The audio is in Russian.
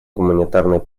гуманитарной